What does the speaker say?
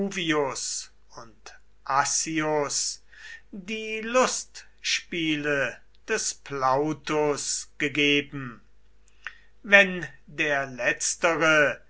pacuvius und accius die lustspiele des plautus gegeben wenn der letztere